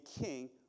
king